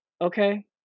okay